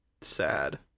Sad